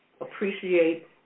appreciate